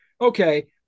okay